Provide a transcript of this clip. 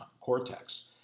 cortex